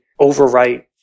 overwrite